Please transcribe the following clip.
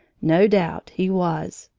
no doubt he was,